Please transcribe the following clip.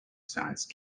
science